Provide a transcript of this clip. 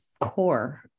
core